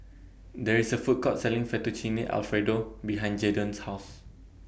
There IS A Food Court Selling Fettuccine Alfredo behind Jadon's House